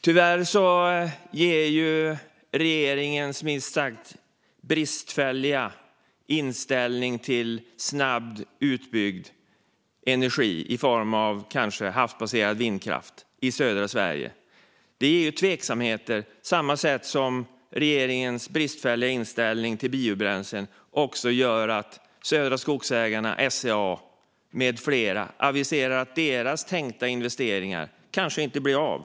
Tyvärr ger regeringens minst sagt bristfälliga inställning till snabbt utbyggd energi, kanske i form av havsbaserad vindkraft i södra Sverige, tveksamheter på samma sätt som regeringens bristfälliga inställning till biobränslen gör att Södra Skogsägarna, SCA, med flera aviserar att deras tänkta investeringar kanske inte blir av.